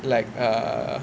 like err